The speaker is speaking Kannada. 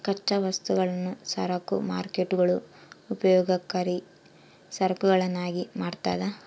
ಕಚ್ಚಾ ವಸ್ತುಗಳನ್ನು ಸರಕು ಮಾರ್ಕೇಟ್ಗುಳು ಉಪಯೋಗಕರಿ ಸರಕುಗಳನ್ನಾಗಿ ಮಾಡ್ತದ